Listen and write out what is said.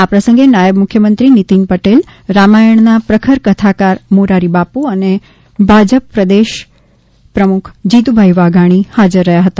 આ પ્રસંગે નાયબમુખ્યમંત્રી નિતિનભાઇ પટેલ રામાયણના પ્રખર કથાકાર મોરારીબાપુ અને ભાજપ પ્રદેશ પ્રમુખ જીતુભાઇ વાઘાણી હાજર હતા